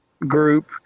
group